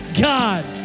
God